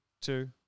Two